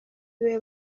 biwe